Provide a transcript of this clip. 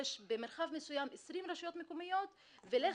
ב --- וולונטרי.